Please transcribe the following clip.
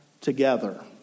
together